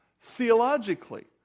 theologically